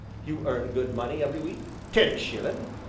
you earn good money every week? ten shillin'.